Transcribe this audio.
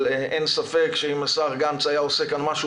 אבל אין ספק שאם השר גנץ היה עושה כאן משהו